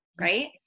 right